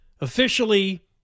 Officially